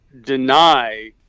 deny